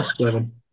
Seven